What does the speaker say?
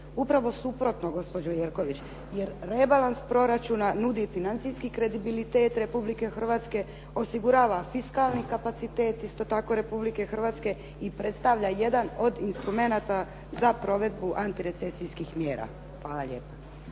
Upravo suprotno, Romana Jerković, jer rebalans proračuna nudi financijski kredibilitet Republike Hrvatske, osigurava fiskalni kapacitet isto tako Republike Hrvatske i predstavlja jedan od instrumenata za provedbu antirecesijskih mjera. Hvala lijepa.